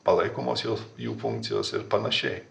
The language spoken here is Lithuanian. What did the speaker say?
palaikomos jos jų funkcijos ir panašiai